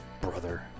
brother